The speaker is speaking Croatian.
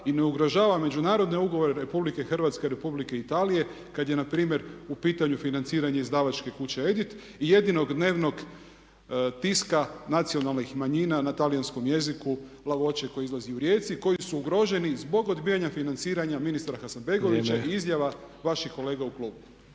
i ne ugrožava međunarodne ugovore RH i Republike Italije kada je npr. financiranje izdavačke kuće EDIT i jedinog dnevnog tiska nacionalnih manjina na talijanskom jeziku La voce koji izlazi u Rijeci i koji su ugroženi zbog odbijanja financiranja ministra Hasanbegovića i izjava vaših kolega u klubu.